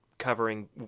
covering